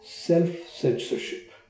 self-censorship